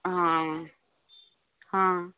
ହଁ ହଁ